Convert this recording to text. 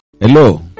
Hello